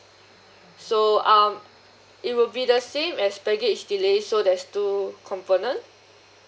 so uh it will be the same as baggage delay so there's two component